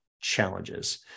challenges